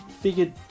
figured